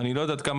אני לא יודע כמה,